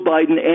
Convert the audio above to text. Biden